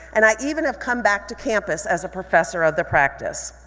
and i even have come back to campus as a professor of the practice.